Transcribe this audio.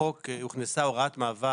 בחוק הוכנסה הוראת מעבר,